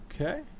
Okay